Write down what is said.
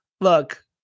Look